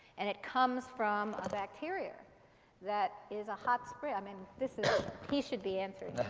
and it comes from a bacteria that is a hot spring i mean, this is he should be answering